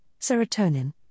serotonin